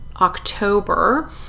October